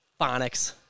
Phonics